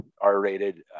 R-rated